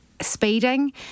speeding